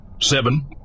seven